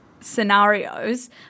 scenarios